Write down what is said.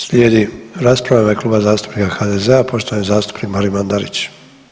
Slijedi rasprava u ime Kluba zastupnika HDZ-a, poštovani zastupnik Marin Mandarić.